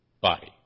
body